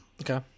Okay